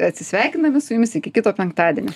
atsisveikiname su jumis iki kito penktadienio